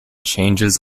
changes